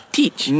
teach